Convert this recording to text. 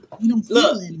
look